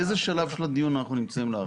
באיזה שלב של הדיון אנחנו נמצאים להערכתך?